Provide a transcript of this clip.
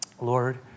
Lord